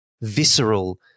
visceral